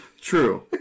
True